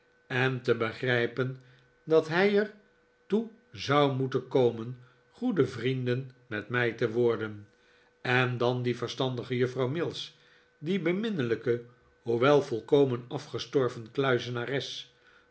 en te begrijpen dat hij er toe zou moeten komen goede vrienden met mij te worden en dan die verstandige juffrouw mills die beminnelijke hoewel volkomen afgestorven kluizenares